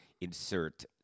insert